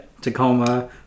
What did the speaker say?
Tacoma